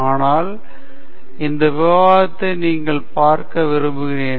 ஆனால் இந்த விவாதத்தை நீங்கள் பார்க்க விரும்புகிறேன்